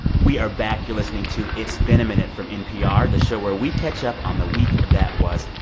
we are back. you're listening to it's been a minute from npr, the show where we catch up on the week that was.